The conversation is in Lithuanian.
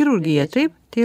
chirurgija taip tai